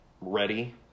ready